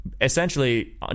essentially